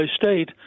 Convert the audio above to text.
state